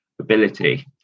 ability